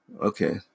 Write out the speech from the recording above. Okay